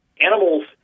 animals